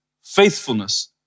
faithfulness